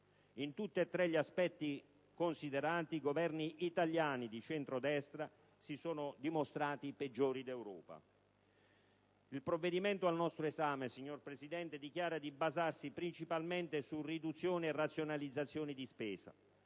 In tutte e tre gli aspetti considerati, i Governi italiani di centrodestra si sono dimostrati i peggiori d'Europa. Il provvedimento al nostro esame, signor Presidente, dichiara di basarsi principalmente su riduzioni e razionalizzazioni di spesa,